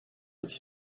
its